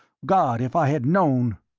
god! if i had known!